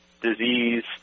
disease